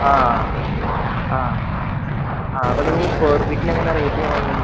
ആ ആ ആ അപ്പോള് നിങ്ങള് സ്ക്വയർ ഫീറ്റിനെങ്ങനെയാണ് റേറ്റ് പറയുന്നത്